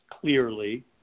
clearly